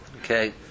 Okay